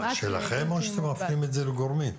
שלכם או שאתם מפנים את זה לגורמים שונים?